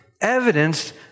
evidenced